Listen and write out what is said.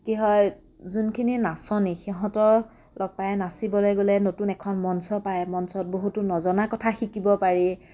কি হয় যোনখিনি নাচনী সিহঁতক লগ পাই নাচিবলৈ গ'লে নতুন এখন মঞ্চ পায় মঞ্চত বহুতো নজনা কথা শিকিব পাৰি